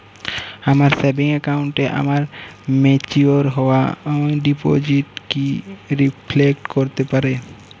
আমার সেভিংস অ্যাকাউন্টে আমার ম্যাচিওর হওয়া ডিপোজিট কি রিফ্লেক্ট করতে পারে?